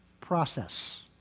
process